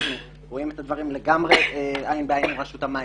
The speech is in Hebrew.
אנחנו רואים את הדברים לגמרי עין בעין עם רשות המים.